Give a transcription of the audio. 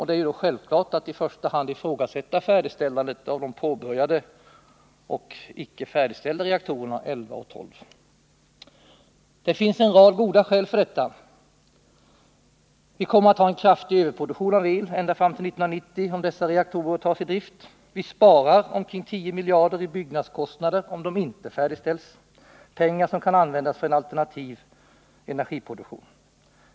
Det är då självklart att i första hand ifrågasätta färdigställandet och påbörjandet av reaktorerna 11 och 12: Det finns en rad goda skäl för detta. Vi kommer att ha en kraftig överproduktion av el ända fram till 1990 om dessa reaktorer tas i drift. Vi sparar omkring 10 miljarder i byggnadskostnader om de inte färdigställs — pengar som kan användas för alternativ energiproduktion.